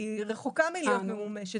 היא רחוקה מלהיות ממומשת.